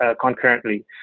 concurrently